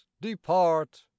depart